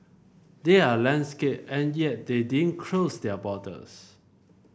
they're land scarce and yet they didn't close their borders